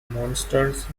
monsters